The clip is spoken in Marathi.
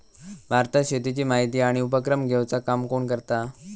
भारतात शेतीची माहिती आणि उपक्रम घेवचा काम कोण करता?